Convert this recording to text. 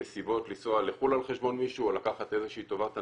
נסיבות לנסוע לחו"ל על חשבון מישהו או לקחת איזה שהיא טובת הנאה,